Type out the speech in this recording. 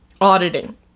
auditing